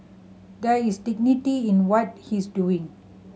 there is dignity in what he's doing